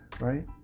right